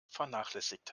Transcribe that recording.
vernachlässigt